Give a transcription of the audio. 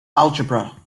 algebra